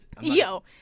Yo